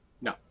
No